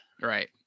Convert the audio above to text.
Right